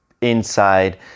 inside